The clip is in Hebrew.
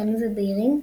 קטנים ובהירים,